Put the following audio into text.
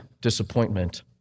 disappointment